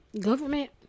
government